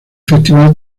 festival